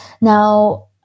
Now